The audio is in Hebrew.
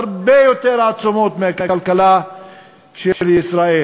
עם כלכלות עצומות, הרבה יותר מהכלכלה של ישראל,